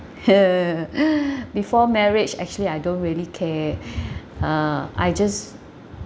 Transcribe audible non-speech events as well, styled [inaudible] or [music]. [laughs] [breath] before marriage actually I don't really care [breath] uh I just